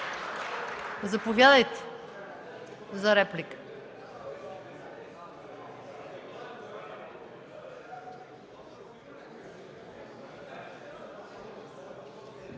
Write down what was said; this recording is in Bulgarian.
Заповядайте за реплика,